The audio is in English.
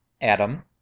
Adam